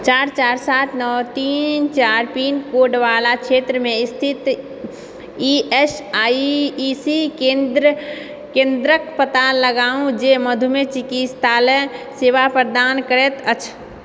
चारि चारि सात नओ तीन चारि पिनकोडवला क्षेत्रमे स्थित ई एस आई सी केन्द्रक पता लगाउ जे मधुमेह चिकिस्तालय सेवा प्रदान करैत अछि